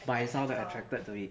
by sound they attracted to it